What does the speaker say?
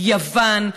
יוון,